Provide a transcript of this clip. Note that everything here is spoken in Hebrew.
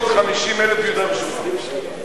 זה גדל כל יום בכמה מאות, בלי עין הרע.